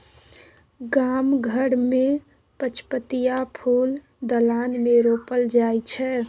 गाम घर मे पचपतिया फुल दलान मे रोपल जाइ छै